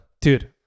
dude